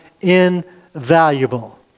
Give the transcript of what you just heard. invaluable